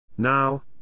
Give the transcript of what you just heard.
Now